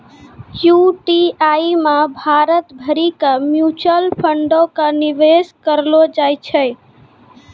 UTI मे भारत भरि के म्यूचुअल फंडो के निवेश करलो जाय छै